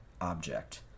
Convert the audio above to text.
object